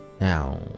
Now